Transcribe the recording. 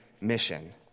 mission